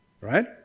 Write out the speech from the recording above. right